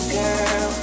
girl